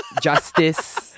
Justice